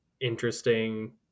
interesting